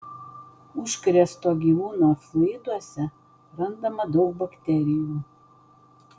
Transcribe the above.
užkrėsto gyvūno fluiduose randama daug bakterijų